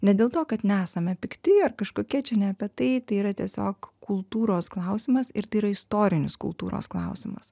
ne dėl to kad nesame pikti ar kažkokie čia ne apie tai tai yra tiesiog kultūros klausimas ir tai yra istorinis kultūros klausimas